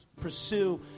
pursue